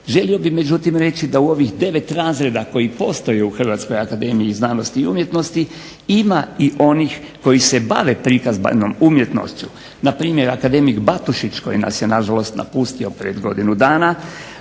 Želio bih međutim reći da u ovih 9 razreda koji postoje u Hrvatskoj akademiji znanosti i umjetnosti ima i onih koji se bave prikazdbenom umjetnošću. Npr. akademik Batušić koji nas je nažalost napustio prije godinu dana,